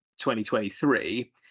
2023